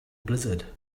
blizzard